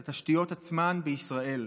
את התשתיות עצמן בישראל.